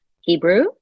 Hebrew